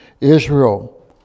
Israel